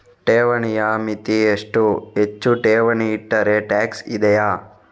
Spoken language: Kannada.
ಠೇವಣಿಯ ಮಿತಿ ಎಷ್ಟು, ಹೆಚ್ಚು ಠೇವಣಿ ಇಟ್ಟರೆ ಟ್ಯಾಕ್ಸ್ ಇದೆಯಾ?